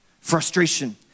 Frustration